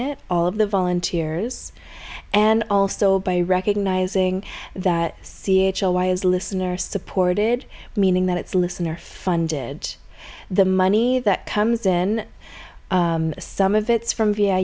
it all of the volunteers and also by recognizing that c h l why is listener supported meaning that it's listener funded the money that comes in some of it's from v